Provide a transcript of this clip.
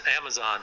Amazon